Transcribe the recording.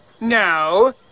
No